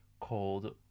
called